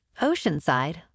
Oceanside